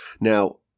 Now